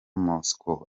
moscou